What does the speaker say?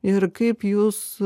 ir kaip jūs